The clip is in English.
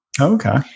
Okay